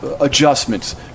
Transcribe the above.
adjustments